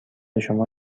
شما